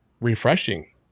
refreshing